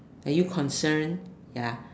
are you concerned ya